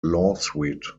lawsuit